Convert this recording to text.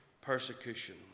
persecution